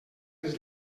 les